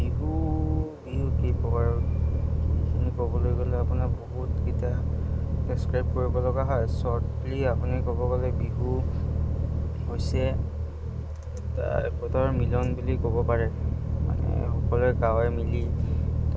বিহু বিহু কি ক'বলৈ গ'লে আপোনাৰ বহুতকিটা ডেছ্ক্ৰাইব কৰিবলগা হয় চৰ্টলি আপুনি ক'ব গ'লে বিহু হৈছে তাৰ মিলি